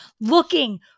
looking